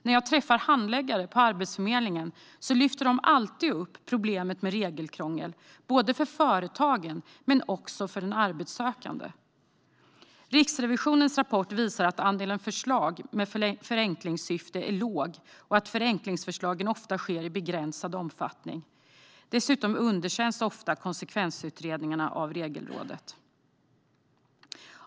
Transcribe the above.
När jag träffar handläggare på Arbetsförmedlingen lyfter de alltid upp problemet med regelkrångel för både företag och arbetssökande. Riksrevisionens rapport visar att andelen förslag med förenklingssyfte är låg och att förenklingsförslagen ofta sker i begränsad omfattning. Dessutom underkänns ofta konsekvensutredningarna av Regelrådet.